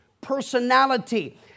personality